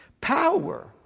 Power